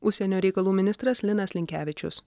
užsienio reikalų ministras linas linkevičius